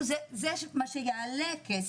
זה מה שיעלה כסף.